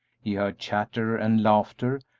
he heard chatter and laughter,